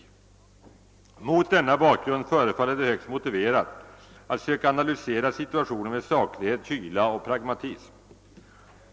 Mot denna bakgrund förefaller det högst motiverat att söka analysera situationen med saklighet, kyla och pragmatism.